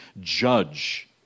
judge